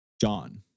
John